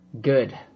Good